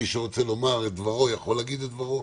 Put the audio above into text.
מי שרוצה לומר את דברו, יוכל לומר את דברו.